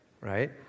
right